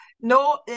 No